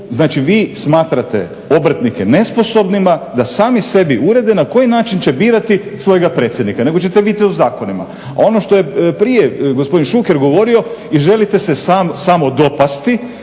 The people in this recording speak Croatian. Znači vi smatrate obrtnike nesposobnima da sami sebi urede na koji način će birati svojega predsjednika nego ćete vi to zakonima. A ono što je prije gospodin Šuker govorio i želite se samo dopasti